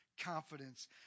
confidence